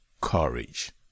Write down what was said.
courage